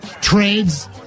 trades